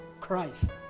Christ